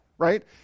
right